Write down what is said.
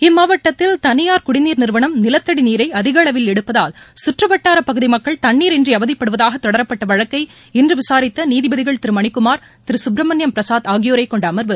இம்மாவட்டத்தில் தளியார் குடிநீர் நிறுவனம் நிலத்தடிநீரைஅதிகஅளவில் எடுப்பதால் குற்றுவட்டாரப் தண்ணீரின்றிஅவதிப்படுவதாகத் தொடரப்பட்டவழக்கை இன்றுவிசாரித்தநீதிபதிகள் பகுதிமக்கள் திருமணிக்குமார் திருசுப்ரமணியம் பிரசாத் ஆகியோரைக் கொண்டஅமர்வு